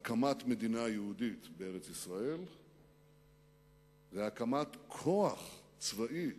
הקמת מדינה יהודית בארץ-ישראל והקמת כוח צבאי